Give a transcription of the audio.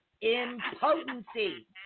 Impotency